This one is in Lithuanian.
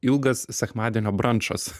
ilgas sekmadienio brančas